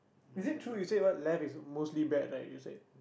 is it true you said what left is mostly bad right you said